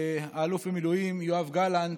האלוף במילואים יואב גלנט,